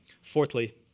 Fourthly